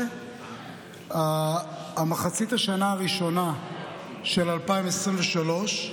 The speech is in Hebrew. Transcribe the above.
מחצית השנה הראשונה של 2023,